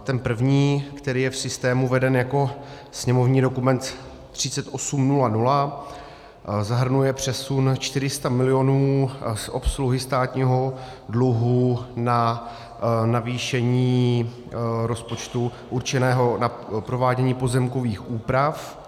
Ten první, který je v systému veden jako sněmovní dokument 3800, zahrnuje přesun 400 milionů z obsluhy státního dluhu na navýšení rozpočtu určeného na provádění pozemkových úprav.